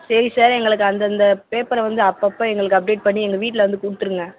சரி சார் எங்களுக்கு அந்தந்த பேப்பரை வந்து அப்பப்போ எங்களுக்கு அப்டேட் பண்ணி எங்கள் வீட்டில வந்து கொடுத்துருங்க